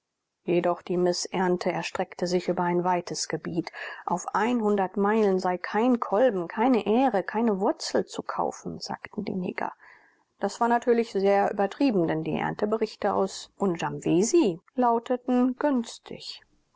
jedoch die mißernte erstreckte sich über ein weites gebiet auf meilen sei kein kolben keine ähre keine wurzel zu kaufen sagten die neger das war natürlich sehr übertrieben denn die ernteberichte aus unjamwesi lauteten günstig